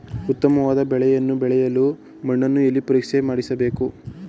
ಉತ್ತಮವಾದ ಬೆಳೆಯನ್ನು ಬೆಳೆಯಲು ಮಣ್ಣನ್ನು ಎಲ್ಲಿ ಪರೀಕ್ಷೆ ಮಾಡಬೇಕು?